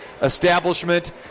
establishment